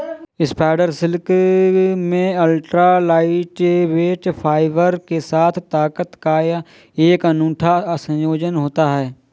spider silk में ultra lightweight fibre के साथ ताकत का एक अनूठा संयोजन होता है